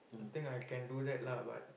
I think I can do that lah but